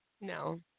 No